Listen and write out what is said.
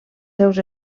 seus